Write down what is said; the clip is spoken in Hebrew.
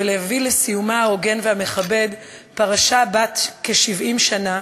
ולהביא לסיומה ההוגן והמכבד פרשה בת כ-70 שנה,